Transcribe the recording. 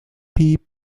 piep